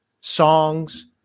songs